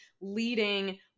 leading